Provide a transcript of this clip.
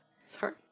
Sorry